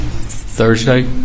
Thursday